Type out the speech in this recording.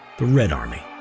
the red army.